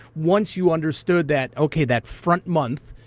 once you understood that, ok, that front month,